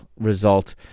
result